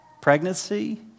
pregnancy